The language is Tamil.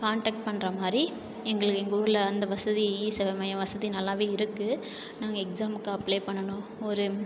கான்டக்ட் பண்ணுற மாதிரி எங்களுக்கு எங்கள் ஊரில் அந்த வசதி இ சேவை மையம் வசதி நல்லாவே இருக்கு நாங்கள் எக்ஸாமுக்கு அப்ளே பண்ணணும் ஒரு